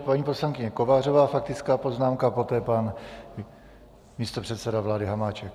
Paní poslankyně Kovářová, faktická poznámka, poté pan místopředseda vlády Hamáček.